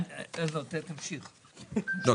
אני